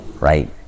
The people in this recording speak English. right